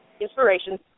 inspiration